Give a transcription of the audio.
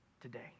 today